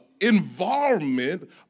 involvement